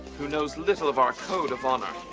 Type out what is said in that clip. who knows little of our code of honor.